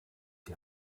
die